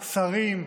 שרים,